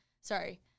Sorry